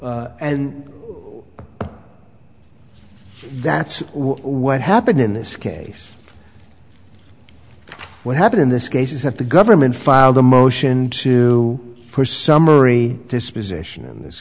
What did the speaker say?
that's what happened in this case what happened in this case is that the government filed a motion to push summary disposition in this